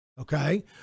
Okay